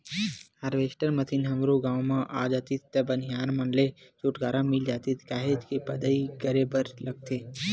harvester machine हमरो गाँव म आ जातिस त बनिहार मन ले छुटकारा मिल जातिस काहेच के पदई करे बर लगथे